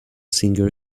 singer